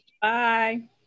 Bye